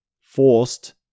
forced